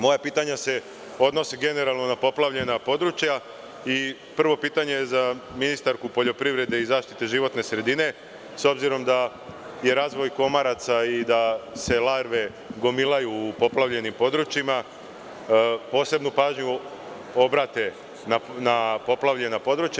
Moje pitanje se odnosi generalno na poplavljena područja i prvo pitanje je za ministarku poljoprivrede i zaštite životne sredine, s obzirom da je razvoj komaraca i da se larve gomilaju u poplavljenim područjima, posebnu pažnju da obrati na poplavljena područja.